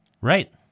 Right